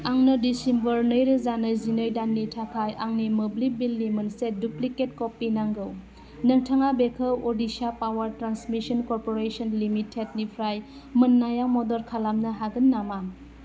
आंनो डिसेम्बर नैरोजा नैजिनै दाननि थाखाय आंनि मोब्लिब बिलनि मोनसे डुबप्लिकेट कपि नांगौ नोंथाङा बेखौ Odisha power transmission corporation limited निफ्राय मोननाया मदद खालामनो हागोन नामा